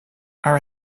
are